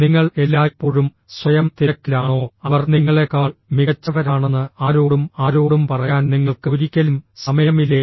നിങ്ങൾ എല്ലായ്പ്പോഴും സ്വയം തിരക്കിലാണോ അവർ നിങ്ങളെക്കാൾ മികച്ചവരാണെന്ന് ആരോടും ആരോടും പറയാൻ നിങ്ങൾക്ക് ഒരിക്കലും സമയമില്ലേ